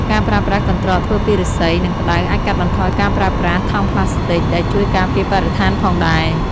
ការប្រើប្រាស់កន្ត្រកធ្វើពីឫស្សី និងផ្តៅអាចកាត់បន្ថយការប្រើប្រាស់ ថង់ប្លាស្ទិក ដែលជួយការពារបរិស្ថានផងដែរ។